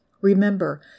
Remember